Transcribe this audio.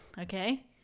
Okay